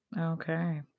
Okay